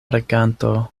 reganto